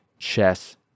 chess